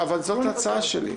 אבל זאת ההצעה שלי,